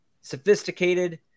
sophisticated